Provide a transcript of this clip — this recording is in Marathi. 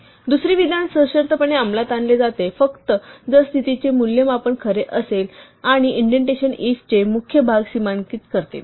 दुसरे विधान सशर्तपणे अंमलात आणले जाते फक्त जर स्थितीचे मूल्यमापन खरे असेल आणि इंडेंटेशन if चे मुख्य भाग सीमांकित करते